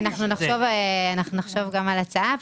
אנחנו נחשוב גם על ההצעה.